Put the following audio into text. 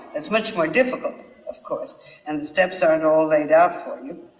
that's much more difficult of course and the steps aren't all laid out for you.